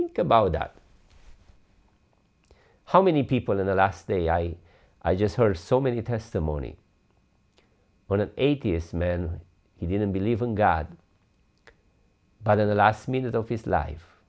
think about that how many people in the last day i i just heard so many testimony when an atheist man he didn't believe in god but in the last minute of his life